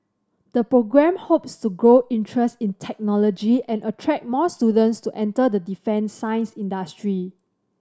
the programme hopes to grow interest in technology and attract more students to enter the defence science industry